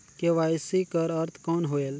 KYC कर अर्थ कौन होएल?